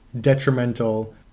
detrimental